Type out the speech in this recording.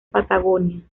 patagonia